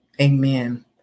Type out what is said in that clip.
Amen